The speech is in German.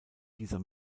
dieser